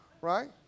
Right